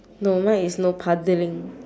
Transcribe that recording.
no mine is no paddling